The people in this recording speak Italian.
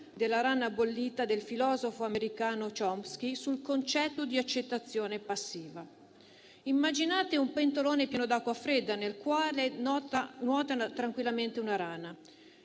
della rana bollita del filosofo americano Chomsky sul concetto di accettazione passiva. Immaginate un pentolone pieno d'acqua fredda nel quale nuota tranquillamente una rana: